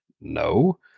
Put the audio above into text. No